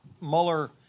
Mueller